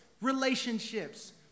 relationships